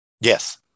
Yes